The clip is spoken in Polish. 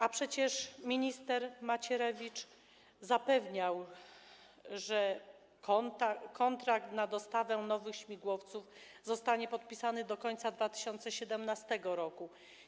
A przecież minister Macierewicz zapewniał, że kontrakt na dostawę nowych śmigłowców zostanie podpisany do końca 2017 r.